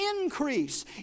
increase